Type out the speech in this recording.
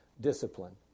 discipline